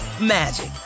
magic